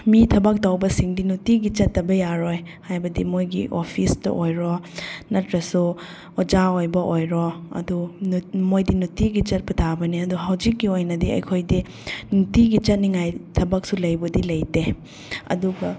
ꯃꯤ ꯊꯕꯛ ꯇꯧꯕꯁꯤꯡꯗꯤ ꯅꯨꯡꯇꯤꯒꯤ ꯆꯠꯇꯕ ꯌꯥꯔꯣꯏ ꯍꯥꯏꯕꯗꯤ ꯃꯣꯏꯒꯤ ꯑꯣꯐꯤꯁꯇ ꯑꯣꯏꯔꯣ ꯅꯠꯇ꯭ꯔꯁꯨ ꯑꯣꯖꯥ ꯑꯣꯏꯕ ꯑꯣꯏꯔꯣ ꯑꯗꯨ ꯃꯣꯏꯗꯤ ꯅꯨꯡꯇꯤꯒꯤ ꯆꯠꯄ ꯇꯥꯕꯅꯤ ꯑꯗꯣ ꯍꯧꯖꯤꯛꯀꯤ ꯑꯣꯏꯅꯗꯤ ꯑꯩꯈꯣꯏꯗꯤ ꯅꯨꯡꯇꯤꯒꯤ ꯆꯠꯅꯤꯡꯉꯥꯏ ꯊꯕꯛꯁꯨ ꯂꯩꯕꯗꯤ ꯂꯩꯇꯦ ꯑꯗꯨꯒ